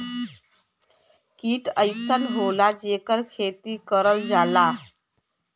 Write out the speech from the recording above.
कीट अइसन होला जेकर खेती करल जाला